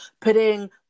putting